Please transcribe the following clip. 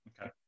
Okay